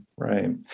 Right